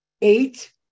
eight